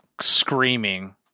screaming